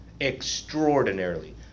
Extraordinarily